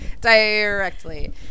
directly